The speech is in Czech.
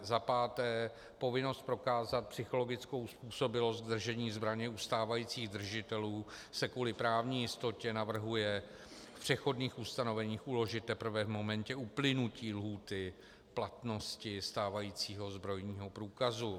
Za páté, povinnost prokázat psychologickou způsobilost držení zbraně u stávajících držitelů se kvůli právní jistotě navrhuje v přechodných ustanoveních uložit teprve v momentě uplynutí lhůty platnosti stávajícího zbrojního průkazu.